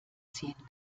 ziehen